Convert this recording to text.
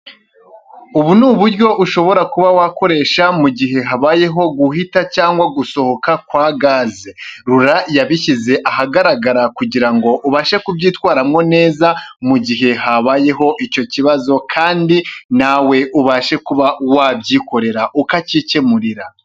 Ubu ni uburyo ushobora kuba wakoresha mu mugihe habayeho guhita cyangwa gusohoka kwa gaze, RURA yabishyize ahagaragara kugira ngo ubashe kubyitwaramo neza, mu mugihe habayeho icyo kibazo kandi nawe ubashe kuba wabyikorera ukakikemurira.